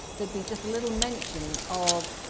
there'd be just a little mention of,